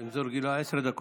אם זאת רגילה, עשר דקות.